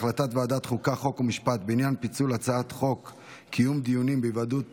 חוק ומשפט בדבר פיצול הצעת חוק קיום דיונים בהיוועדות